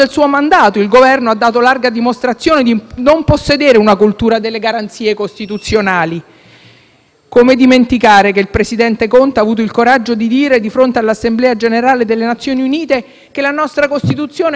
Come dimenticare che il presidente Conte ha avuto il coraggio di dire di fronte all'Assemblea generale delle Nazioni Unite che la nostra Costituzione è sovranista e populista, perché l'articolo 1 afferma che: «La sovranità appartiene al popolo».